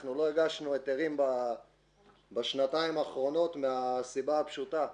אנחנו לא הגשנו היתרים בשנתיים האחרונות מהסיבה הפשוטה: